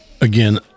again